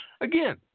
Again